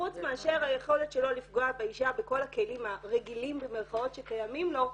חוץ מאשר היכולת שלו לפגוע באישה בכל הכלים ה"רגילים" שקיימים לו,